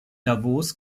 davos